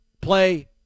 play